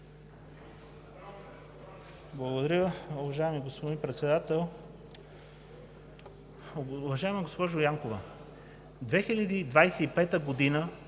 Благодаря, уважаеми господин Председател! Уважаема госпожо Янкова, през 2025